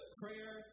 prayer